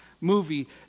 movie